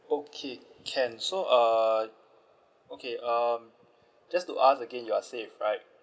okay can so uh okay um just to ask again you're safe right